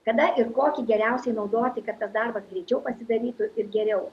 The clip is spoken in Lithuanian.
kada ir kokį geriausiai naudoti kad tas darbas greičiau pasidarytų ir geriau